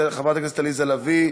חברת הכנסת עליזה לביא,